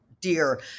dear